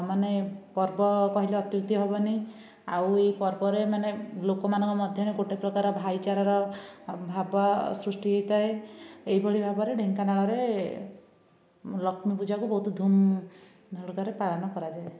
ମାନେ ପର୍ବ କହିଲେ ଅତ୍ୟୁକ୍ତି ହେବନି ଆଉ ଏହି ପର୍ବରେ ମାନେ ଲୋକମାନଙ୍କ ମଧ୍ୟରେ ଗୋଟିଏ ପ୍ରକାର ଭାଇଚାରାର ଭାବ ସୃଷ୍ଟି ହୋଇଥାଏ ଏହିଭଳି ଭାବରେ ଢେଙ୍କାନାଳରେ ଲକ୍ଷ୍ମୀ ପୂଜାକୁ ବହୁତ ଧୂମ ଧଡ଼କାରେ ପାଳନ କରାଯାଏ